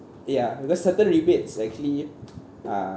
ya because certain rebates actually uh